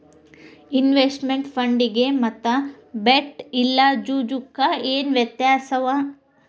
Investment ಫಂಡಿಗೆ ಮತ್ತ bet ಇಲ್ಲಾ ಜೂಜು ಕ ಏನ್ ವ್ಯತ್ಯಾಸವ?